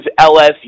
LSU